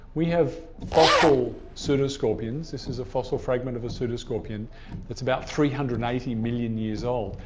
we have fossil pseudoscorpions. this is a fossil fragment of a pseudoscorpion that's about three hundred and eighty million years old,